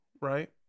right